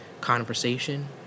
conversation